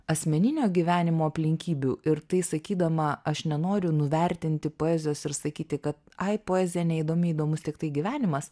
asmeninio gyvenimo aplinkybių ir tai sakydama aš nenoriu nuvertinti poezijos ir sakyti kad ai poezija neįdomi įdomus tiktai gyvenimas